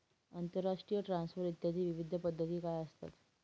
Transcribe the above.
आंतरराष्ट्रीय ट्रान्सफर इत्यादी विविध पद्धती काय असतात?